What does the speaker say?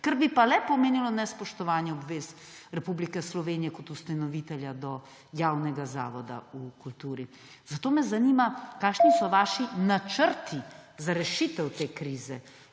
kar bi pa le pomenilo nespoštovanje obvez Republike Slovenije kot ustanovitelja do javnega zavoda v kulturi. Zato me zanima: Kakšni so vaši načrti za rešitev te krize?